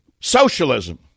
socialism